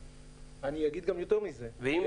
אני אגיד גם יותר מזה -- סליחה,